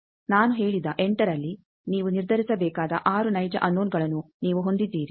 ನಾನು ಹೇಳಿದ 8ರಲ್ಲಿ ನೀವು ನಿರ್ಧರಿಸಬೇಕಾದ 6 ನೈಜ ಅನ್ನೋನಗಳನ್ನು ನೀವು ಹೊಂದಿದ್ದೀರಿ